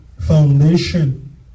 foundation